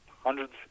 hundreds